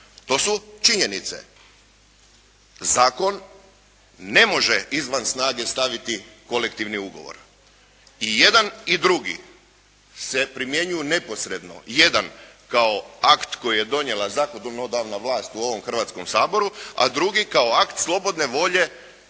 To su činjenice. Zakon ne može izvan snage staviti kolektivni ugovor. I jedan i drugi se primjenjuju neposredno. Jedan kao akt koji je donijela zakonodavna vlast u ovom Hrvatskom saboru, a drugi kao akt slobodne volje